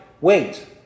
wait